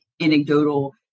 anecdotal